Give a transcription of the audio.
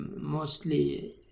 mostly